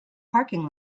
parking